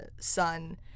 son